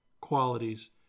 qualities